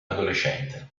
adolescente